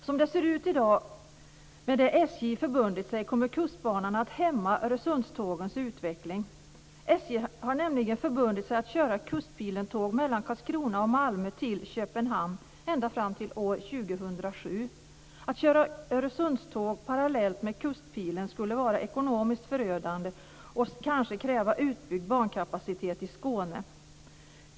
Som det ser ut i dag, med det som SJ har förbundit sig, kommer Kustbanan att hämma Öresundstågens utveckling. SJ har nämligen förbundit sig att köra Kustpilentåg mellan Karlskrona och Malmö till Köpenhamn ända fram till år 2007. Att köra Öresundståg parallellt med Kustpilen skulle vara ekonomiskt förödande och kanske kräva utbyggd bankapacitet i Skåne.